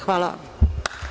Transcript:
Hvala.